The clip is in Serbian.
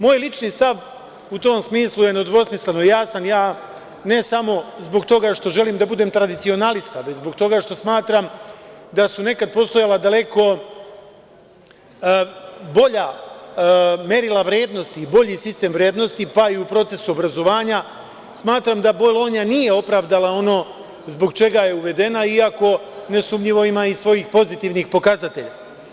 Moje lični stav u tom smislu je nedvosmisleno jasan, ne samo zbog toga što želim da budem tradicionalista, već zbog toga što smatram da su nekad postojala daleko bolja merila vrednosti i bolji sistem vrednosti, pa i u procesu obrazovanja, smatram da Bolonja nije opravdala ono zbog čega je uvedena, iako nesumnjivo ima i svojih pozitivnih pokazatelja.